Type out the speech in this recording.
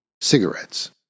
cigarettes